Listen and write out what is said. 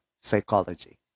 Psychology